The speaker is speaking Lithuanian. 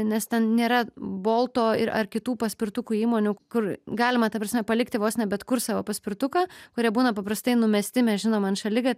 nes ten nėra bolto ir ar kitų paspirtukų įmonių kur galima ta prasme palikti vos ne bet kur savo paspirtuką kurie būna paprastai numesti mes žinom ant šaliga